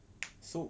so